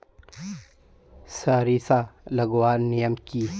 सरिसा लगवार नियम की?